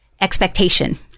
expectation